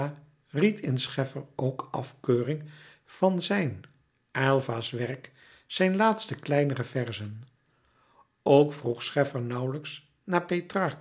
ried in scheffer ook afkeuring van zijn aylva's werk zijn laatste kleinere verzen ook vroeg scheffer nauwlijks